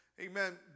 Amen